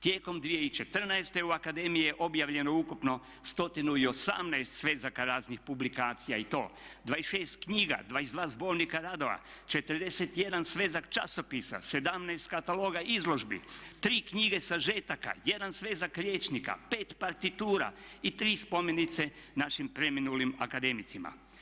Tijekom 2014. u akademiji je objavljeno ukupno 118 svezaka, raznih publikacija i to: 26 knjiga, 22 zbornika radova, 41 svezak časopisa, 17 kataloga izložbi, 3 knjige sažetaka, 1 svezak rječnika, 5 partitura i 3 spomenice našim preminulim akademicima.